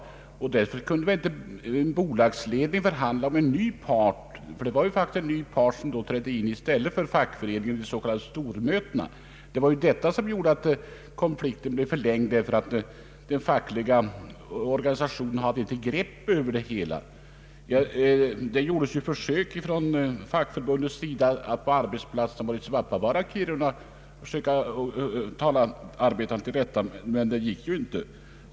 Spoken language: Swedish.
Bolagsledningen kunde inte förhandla med en ny part — det var en ny part som trädde in i stället för fackföreningen; alla minns vi väl de s.k. stormötena. Detta medförde att konflikten förlängdes. Den fackliga organisationen hade inte något grepp över det hela. Det gjordes försök från fackförbundets sida att på arbetsplatserna både i Svappavaara och Kiruna tala arbetarna till rätta, men detta lyckades inte.